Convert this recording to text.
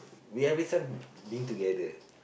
we everytime being together